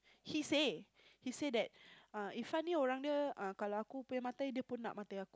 he say he says that uh Irfan